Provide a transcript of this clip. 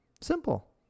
Simple